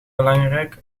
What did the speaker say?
belangrijk